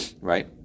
right